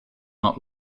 not